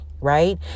right